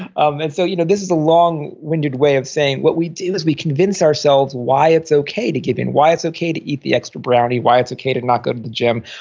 um and so you know this is the long-winded way of saying is what we do is we convince ourselves why it's okay to give in, why it's okay to eat the extra brownie, why it's okay to not go to the gym,